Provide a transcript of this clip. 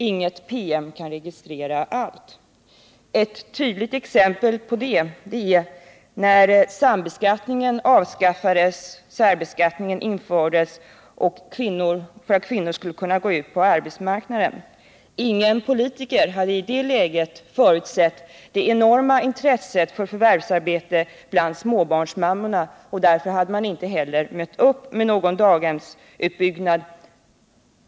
Ingen PM kan registrera allt. Ett tydligt exempel på det är vad som hände när sambeskattningen avskaffades och särbeskattningen infördes för att kvinnor skulle kunna gå ut på arbetsmarknaden. Ingen politiker hade i det läget förutsett det enorma intresset för förvärvsarbete bland småbarnsmammorna, och därför hade man inte heller mött upp med någon daghemsutbyggnad.